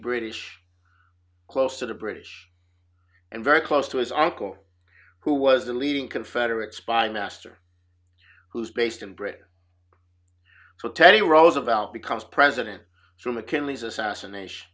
british close to the british and very close to his uncle who was a leading confederate spine master who's based in britain so teddy roosevelt becomes president so mckinley's assassination